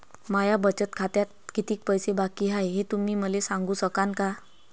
माया बचत खात्यात कितीक पैसे बाकी हाय, हे तुम्ही मले सांगू सकानं का?